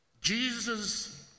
Jesus